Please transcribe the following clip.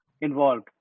involved